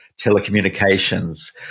Telecommunications